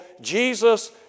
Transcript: Jesus